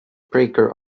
breaker